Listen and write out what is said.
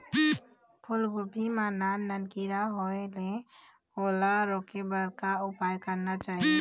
फूलगोभी मां नान नान किरा होयेल ओला रोके बर का उपाय करना चाही?